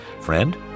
Friend